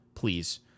Please